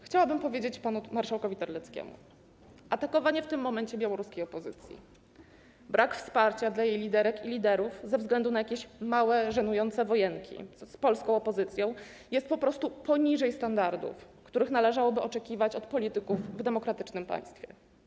chciałabym powiedzieć panu marszałkowi Terleckiemu: Atakowanie w tym momencie białoruskiej opozycji, brak wsparcia dla jej liderek i liderów ze względu na jakieś małe, żenujące wojenki z polską opozycją jest po prostu poniżej standardów, których należałoby oczekiwać od polityków w demokratycznym państwie.